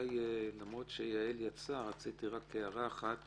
למרות שיעל יצאה, רציתי רק לומר הערה אחת